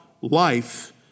life